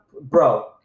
bro